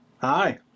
Hi